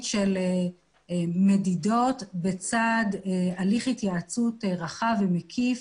של מדידות בצד הליך התייעצות רחב ומקיף